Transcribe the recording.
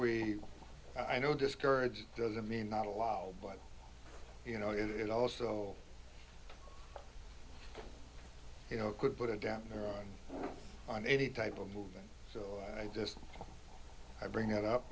we i know discouraged doesn't mean not allowed but you know it also you know could put a damper on any type of movement so i just i bring it up